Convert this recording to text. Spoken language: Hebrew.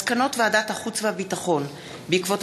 הצעת חוק החומרים המסוכנים (תיקון, אחסנה